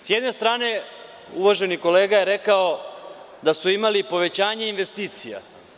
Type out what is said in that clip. Sa jedne strane, uvaženi kolega je rekao da su imali povećanje investicija.